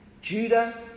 Judah